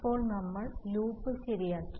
ഇപ്പോൾ നമ്മൾ ലൂപ്പ് ശരിയാക്കി